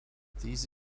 these